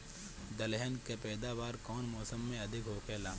दलहन के पैदावार कउन मौसम में अधिक होखेला?